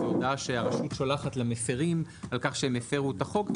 זאת הודעה שהרשות שולחת למפרים על כך שהם הפרו את החוק,